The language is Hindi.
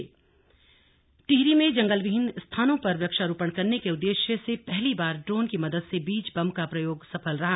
स्लग बीज बम टिहरी टिहरी में जंगलविहीन स्थानों पर वृक्षारोपण करने के उद्देश्य से पहली बार ड्रोन की मदद से बीज बम का प्रयोग सफल रहा